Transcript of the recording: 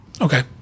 Okay